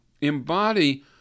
embody